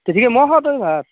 তে ঠিক আছে মইও খাওঁ তে ভাত